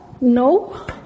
No